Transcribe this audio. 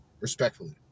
respectfully